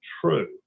true